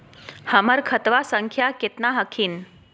हमर खतवा संख्या केतना हखिन?